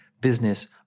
business